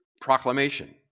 Proclamation